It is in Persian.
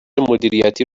مدیریتی